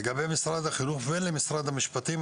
לגבי משרד החינוך ומשרד המשפטים,